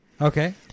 Okay